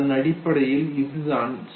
அடிப்படையில் இதுதான் சி